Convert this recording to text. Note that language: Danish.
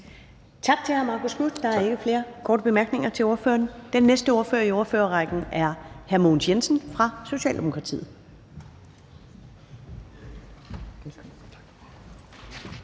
Tak til hr. Marcus Knuth. Der er ikke flere korte bemærkninger til ordføreren. Den næste ordfører i ordførerrækken er hr. Mogens Jensen fra Socialdemokratiet.